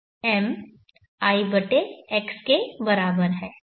m i x के बराबर है